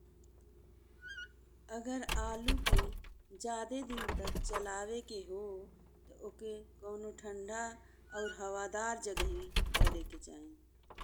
अगर आलू के जादे दिन तक चलावेके हो ते ओहके कोनो ठंढा और हवादार जगहीं धरेके चाही।